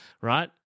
right